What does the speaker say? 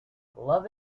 love